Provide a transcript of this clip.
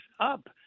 up